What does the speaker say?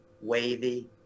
wavy